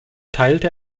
teilte